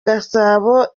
gasabo